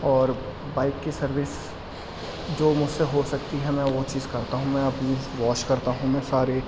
اور بائیک کی سروس جو مجھ سے ہو سکتی ہے میں وہ چیز کرتا ہوں میں اپنی واش کرتا ہوں میں سارے